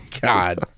God